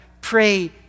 pray